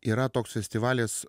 yra toks festivalis